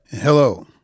Hello